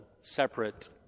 separate